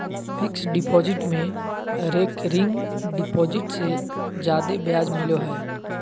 fixed deposit में recurring deposit से जादे ब्याज मिलो हय